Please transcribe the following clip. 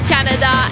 Canada